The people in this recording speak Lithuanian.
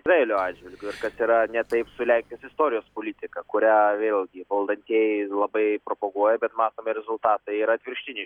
izraelio atžvilgiu ir kas yra ne taip su lenijos istorijos politika kurią vėlgi valdantieji labai propaguoja bet matomi rezultatai yra atvirkštiniai